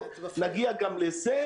נגיע גם לזה.